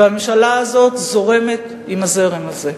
הממשלה הזאת זורמת עם הזרם הזה,